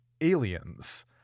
aliens